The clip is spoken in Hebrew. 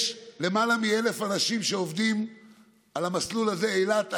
יש למעלה מ-1,000 אנשים שעובדים על המסלול אילת אילות.